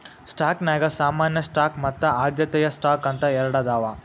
ಸ್ಟಾಕ್ನ್ಯಾಗ ಸಾಮಾನ್ಯ ಸ್ಟಾಕ್ ಮತ್ತ ಆದ್ಯತೆಯ ಸ್ಟಾಕ್ ಅಂತ ಎರಡದಾವ